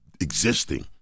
existing